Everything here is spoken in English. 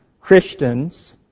Christians